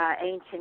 Ancient